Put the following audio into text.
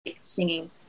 singing